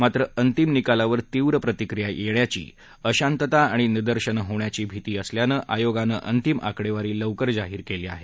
मात्र अंतिम निकालावर तीव्र प्रतिक्रिया येण्याची अशांतता आणि निदर्शनं होण्याची भिती असल्यानं आयोगानं अंतिम आकडेवारी लवकर जाहीर केली आहे